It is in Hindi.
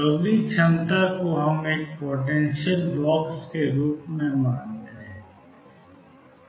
तो अगली क्षमता को हम एक पोटेंशियल बॉक्स के रूप में मानते हैं